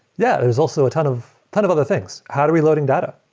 yeah, there's also a ton of ton of other things. how are we loading data?